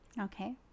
Okay